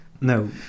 No